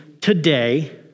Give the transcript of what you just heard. today